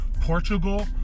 Portugal